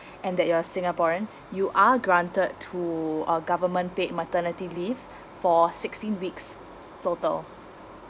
and that you're singaporean you are granted to a government paid maternity leave for sixteen weeks total